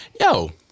yo